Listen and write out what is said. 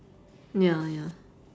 ya ya